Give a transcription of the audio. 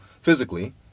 physically